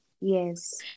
yes